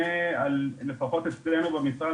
לפחות אצלנו במשרד,